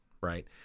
right